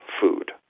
food